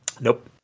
Nope